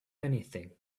anything